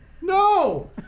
No